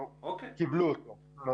אני